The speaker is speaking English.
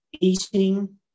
Eating